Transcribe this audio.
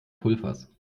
pulvers